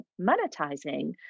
monetizing